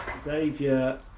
Xavier